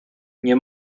nie